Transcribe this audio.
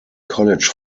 college